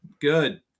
Good